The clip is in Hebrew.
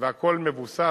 והכול מבוסס.